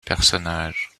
personnage